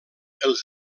els